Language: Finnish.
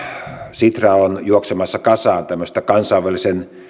sitra on juoksemassa kasaan tämmöistä kansainvälisen